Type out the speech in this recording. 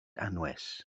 anwes